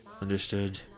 Understood